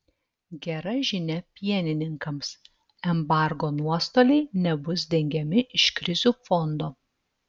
gera žinia pienininkams embargo nuostoliai nebus dengiami iš krizių fondo